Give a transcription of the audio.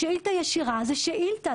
שאילתה ישירה זו שאילתה,